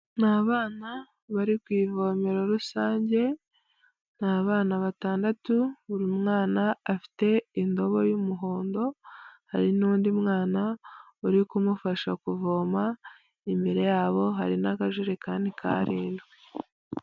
Ni abana bari ku ivomero rusange, ni abana batandatu, buri mwana afite indobo y'umuhondo, hari n'undi mwana uri kumufasha kuvoma, imbere yabo hari n'akajerekani k'arindwi.